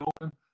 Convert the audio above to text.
open